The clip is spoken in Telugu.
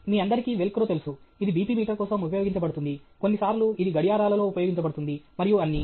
మీ అందరికీ వెల్క్రో తెలుసు ఇది BP మీటర్ కోసం ఉపయోగించబడుతుంది కొన్ని సార్లు ఇది గడియారాలలో ఉపయోగించబడుతుంది మరియు అన్నీ